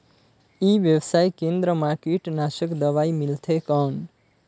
ई व्यवसाय केंद्र मा कीटनाशक दवाई मिलथे कौन?